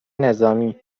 نظامی